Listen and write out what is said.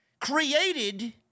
created